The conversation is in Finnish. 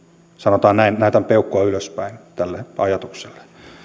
sanotaan näin että näytän peukkua ylöspäin tälle ajatukselle